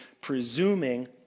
presuming